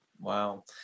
Wow